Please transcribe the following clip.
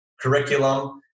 curriculum